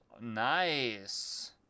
Nice